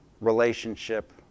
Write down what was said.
relationship